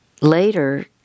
later